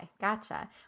gotcha